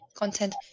content